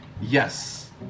Yes